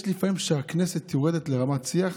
יש לפעמים שהכנסת יורדת לרמת שיח